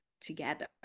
together